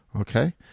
okay